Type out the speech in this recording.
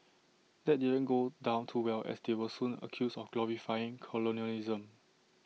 that didn't go down too well as they were soon accused of glorifying colonialism